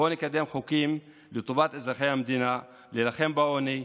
בואו נקדם חוקים לטובת אזרחי המדינה: להילחם בעוני,